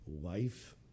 life